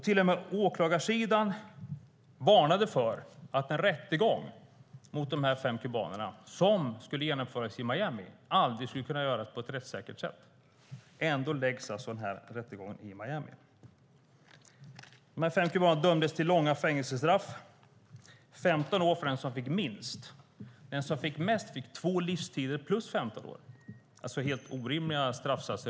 Till och med åklagarsidan varnade för att en rättegång mot dessa fem kubaner aldrig skulle kunna bli rättssäker om den hölls i Miami. Ändå förlades rättegången i Miami. De fem kubanerna dömdes till långa fängelsestraff. Den som fick minst fick 15 år. Den som fick mest fick två livstider plus 15 år, alltså en helt orimlig straffsats.